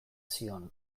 zion